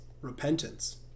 repentance